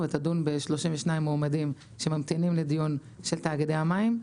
ותדון ב-32 מועמדים שממתינים לדיון של תאגידי המים.